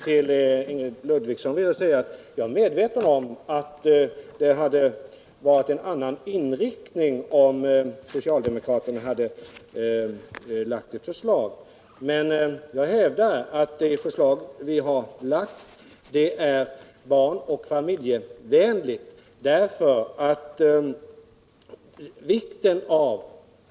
Herr talman! Till Ingrid Ludvigsson vill jag säga att jag är medveten om att det hade varit en annan inriktning på reformen om socialdemokraterna hade lagt fram ett förslag på detta område. Men jag hävdar att det förslag som vi har framlagt är barn och familjevänligt.